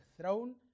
throne